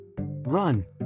Run